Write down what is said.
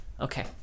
Okay